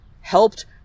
helped